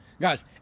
Guys